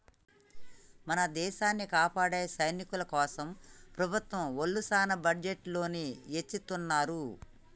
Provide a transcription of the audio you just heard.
మన దేసాన్ని కాపాడే సైనికుల కోసం ప్రభుత్వం ఒళ్ళు సాన బడ్జెట్ ని ఎచ్చిత్తున్నారు